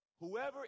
Whoever